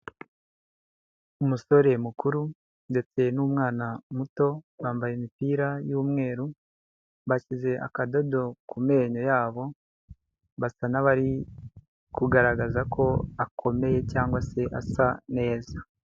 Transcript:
Umusore mukuru ndetse n'umwana muto, bambaye imipira y'umweru, bashyize akadodo ku menyo yabo basa n'abari kugaragaza ko akomeye cyangwa se asa neza.